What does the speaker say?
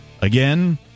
Again